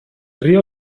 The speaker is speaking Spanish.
río